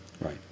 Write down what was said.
Right